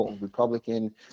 Republican